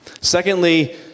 Secondly